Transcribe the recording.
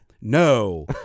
no